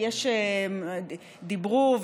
יש שדיברו,